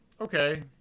okay